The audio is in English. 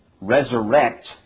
resurrect